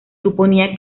suponía